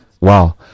Wow